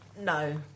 no